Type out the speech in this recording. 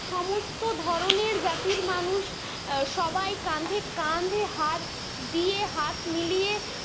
সমস্ত ধরনের জাতির মানুষ সবাই কাঁধে কাঁধে হাত দিয়ে হাত মিলিয়ে